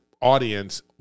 audience